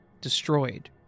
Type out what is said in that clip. destroyed